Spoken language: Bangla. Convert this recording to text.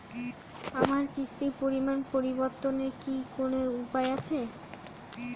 আমার কিস্তির পরিমাণ পরিবর্তনের কি কোনো উপায় আছে?